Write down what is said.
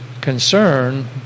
concern